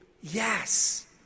Yes